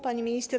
Pani Minister!